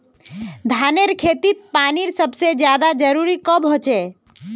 धानेर खेतीत पानीर सबसे ज्यादा जरुरी कब होचे?